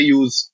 use